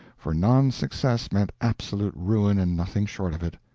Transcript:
for non-success meant absolute ruin and nothing short of it.